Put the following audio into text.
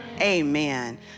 Amen